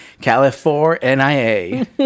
California